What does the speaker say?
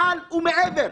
מעל ומעבר.